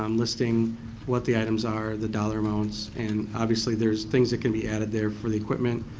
um listing what the items are, the dollar amounts, and obviously there's things that can be added there for the equipment.